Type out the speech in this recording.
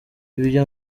ibyo